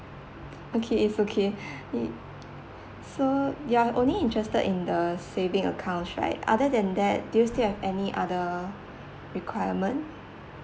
okay it's okay so you are only interested in the saving accounts right other than that do you still have any other requirement